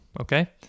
okay